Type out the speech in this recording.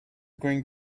going